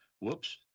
Whoops